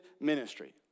ministry